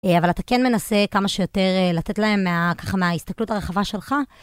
אבל אתה כן מנסה כמה שיותר לתת להם מהככה מההסתכלות הרחבה שלך.